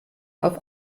auf